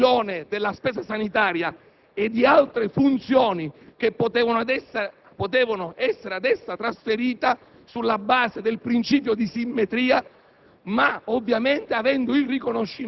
della responsabilità alla Regione della spesa sanitaria e di altre funzioni che potevano ad essa essere trasferite sulla base del principio di simmetria,